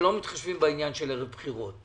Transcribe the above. שלא מתחשבים בעניין של ערב בחירות.